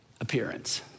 appearance